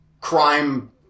crime